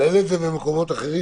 אבל אין את זה במקומות אחרים.